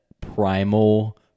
primal